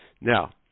Now